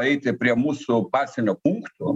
eiti prie mūsų pasienio punktų